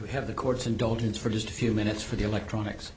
would have the court's indulgence for just a few minutes for the electronics